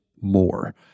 more